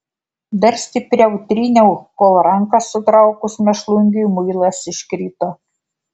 dar stipriau tryniau kol ranką sutraukus mėšlungiui muilas iškrito